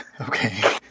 Okay